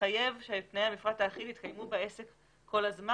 מתחייב שתנאי המפרט האחיד יתקיימו בעסק כל הזמן.